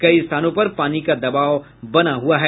कई स्थानों पर पानी का दबाव बना हुआ है